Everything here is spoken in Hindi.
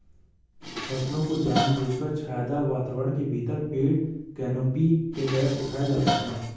फसलों को जानबूझकर छायादार वातावरण के भीतर पेड़ कैनोपी के तहत उठाया जाता है